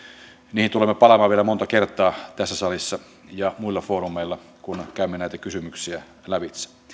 niihin tulemme palaamaan vielä monta kertaa tässä salissa ja muilla foorumeilla kun käymme näitä kysymyksiä lävitse